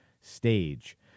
stage